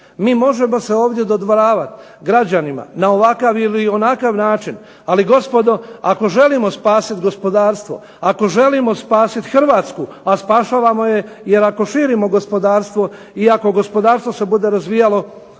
mi možemo se ovdje dodvoravati, građanima, na ovakav ili onakav način ali gospodo ako želimo spasiti gospodarstvo, ako želimo spasiti Hrvatsku, a spašavamo jer ako širimo gospodarstvo i ako gospodarstvo se bude razvijalo